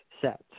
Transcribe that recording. set